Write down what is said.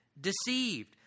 deceived